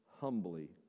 humbly